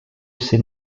ces